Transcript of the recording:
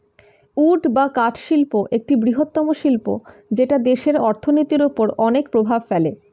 would বা কাঠ শিল্প একটি বৃহত্তম শিল্প যেটা দেশের অর্থনীতির ওপর অনেক প্রভাব ফেলে